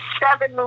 seven